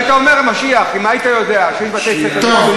אתה לא היית אומר "המשיח" אם היית יודע שיש בתי-ספר מקצועיים,